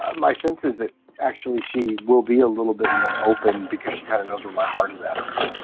ah my sense is that actually she will be a little bit more open because she kind of knows where my heart is at around